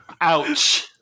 Ouch